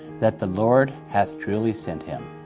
that the lord hath truly sent him.